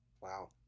wow